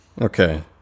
Okay